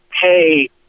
hey